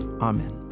Amen